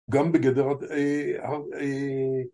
גם בגדרת...